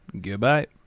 Goodbye